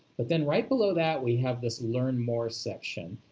but then right below that, we have this learn more section,